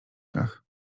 kach